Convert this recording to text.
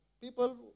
people